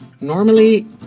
Normally